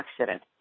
accident